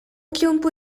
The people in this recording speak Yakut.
чуумпу